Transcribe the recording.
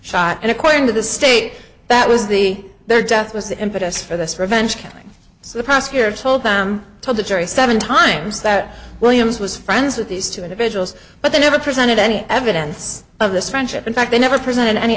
shot and according to the state that was the their death was the impetus for this revenge killing so the prosecutor told them told the jury seven times that williams was friends with these two individuals but they never presented any evidence of this friendship in fact they never presented any